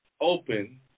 Open